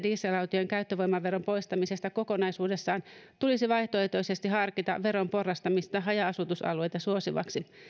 dieselautojen käyttövoimaveron poistamisesta kokonaisuudessaan kuitenkaan ei tehdä tulisi vaihtoehtoisesti harkita veron porrastamista haja asutusalueita suosivaksi